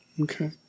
Okay